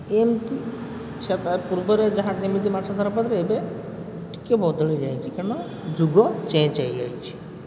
ଏମିତି ସେ ଯାହା ପୂର୍ବରେ ଯାହା ଯେମିତି ମାଛ ଧରା ପଡ଼ିବେ ଏବେ ଟିକିଏ ବଦଳିଯାଇଛି କାରଣ ଯୁଗ ଚେଞ୍ଜ୍ ହେଇଯାଇଛି